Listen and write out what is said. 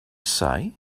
say